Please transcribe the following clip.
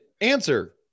answer